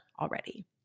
already